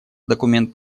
документ